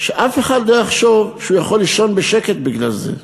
שאף אחד לא יחשוב שהוא יכול לישון בשקט בגלל זה.